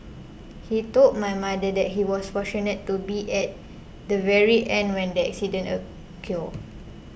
he told my mother that he was fortunate to be at the very end when the accident occurred